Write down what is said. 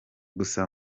gusa